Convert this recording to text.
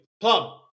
Plum